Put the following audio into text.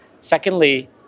Secondly